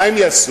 מה הם יעשו?